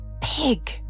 Pig